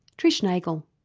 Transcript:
trish nagel.